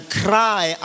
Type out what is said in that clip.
cry